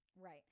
Right